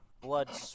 blood